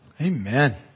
Amen